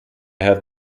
have